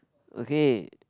okay